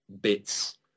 bits